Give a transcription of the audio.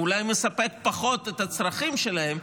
אולי הוא מספק פחות את הצרכים שלהם,